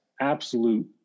absolute